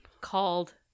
called